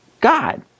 God